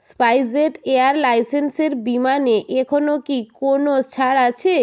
স্পাইসজেট এয়ারলাইন্সের বিমানে এখনও কি কোনো ছাড় আছে